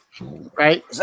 Right